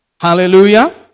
Hallelujah